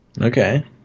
okay